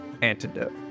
antidote